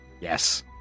Yes